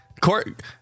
Court